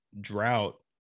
drought